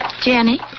Jenny